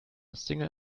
single